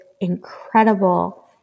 incredible